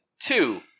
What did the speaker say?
two